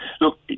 look